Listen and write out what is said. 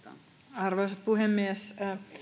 arvoisa puhemies